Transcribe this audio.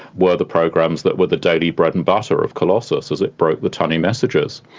were the programs that were the daily bread-and-butter of colossus as it broke the tunny messages.